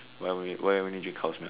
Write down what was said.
why only why only drink cow's milk